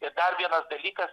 ir dar vienas dalykas